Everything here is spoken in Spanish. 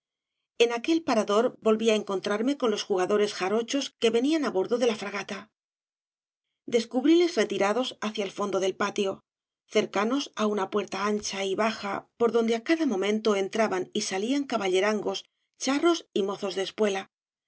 en aquel parador volví á encontrarme con los jugadores jarochos que venían á bordo de la fragata descubríles retirados hacia el fondo del patio cercanos á una puerta ancha y baja obras de valle inclan por donde á cada momento entraban y salían caballerangos charros y mozos de espuela